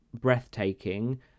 breathtaking